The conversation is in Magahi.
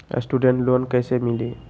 स्टूडेंट लोन कैसे मिली?